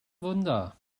wunder